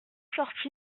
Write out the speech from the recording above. sorti